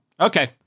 Okay